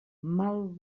mal